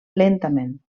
lentament